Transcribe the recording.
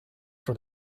for